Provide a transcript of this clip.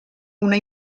una